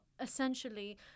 essentially